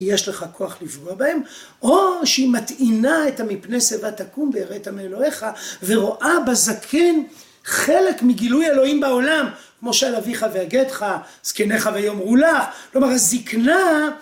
יש לך כוח לפגוע בהם או שהיא מטעינה את המפני שיבה תקום ויראת מאלוהיך ורואה בזקן חלק מגילוי אלוהים בעולם כמו שעל אביך ויגד לך זקניך ויאמרו לך, כלומר הזקנה..